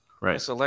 right